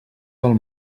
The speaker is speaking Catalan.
del